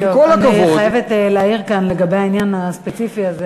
אני חייבת להעיר כאן לגבי העניין הספציפי הזה,